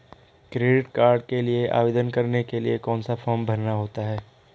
Credit card के लिए आवेदन करने के लिए कौन सा फॉर्म भरना होता है?